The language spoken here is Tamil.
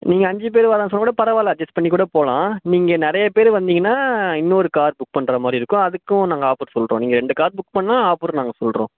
நீங்கள் அஞ்சு பேர் வரனாக்கூட பரவாயில்ல அசெஸ்ட் பண்ணிக்கூடப் போகலாம் நீங்கள் நிறையப் பேர் வந்தீங்கனால் இன்னொரு கார் புக் பண்ணுற மாதிரி இருக்கும் அதுக்கும் நாங்கள் ஆஃபர் சொல்கிறோம் நீங்கள் ரெண்டு கார் புக் பண்ணிணா ஆஃபர் நாங்கள் சொல்கிறோம்